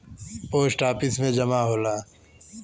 post office में जमा होला